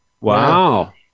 Wow